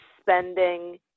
spending